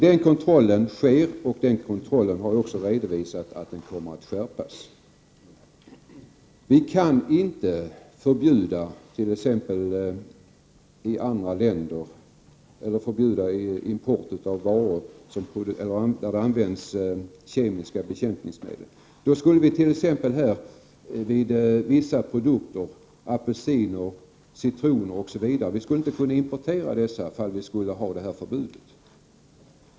Den kontrollen sker, och vi har ju också redovisat att den kommer att skärpas. Vi kan inte förbjuda import av varor där kemiska bekämpningsmedel har använts. Om vi skulle ha ett sådant förbud, skulle vi inte kunna importera vissa produkter — apelsiner, citroner osv.